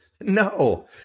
No